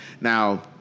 now